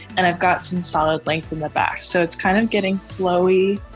and i've got some solid length in the back. so it's kind of getting slowey.